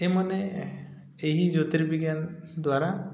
ଏମାନେ ଏହି ଜ୍ୟୋତିର୍ବିଜ୍ଞାନ ଦ୍ୱାରା